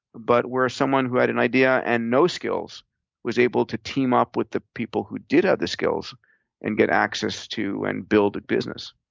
but where someone who had an idea and no skills was able to team up with the people who did have the skills and get access to and build a business.